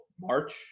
March